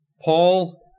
Paul